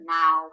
now